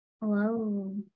Hello